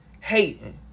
Hating